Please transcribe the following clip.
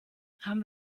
haben